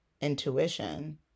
intuition